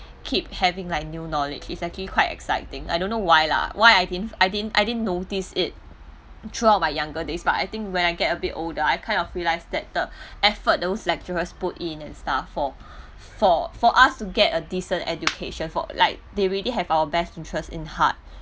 keep having like new knowledge is actually quite exciting I don't know why lah why I din I din I din notice it throughout my younger days but I think when I get a bit older I kind of realize that the effort those lecturers put in and stuff for for for us to get decent education like they really have our best interest in heart